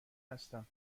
هستم